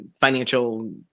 financial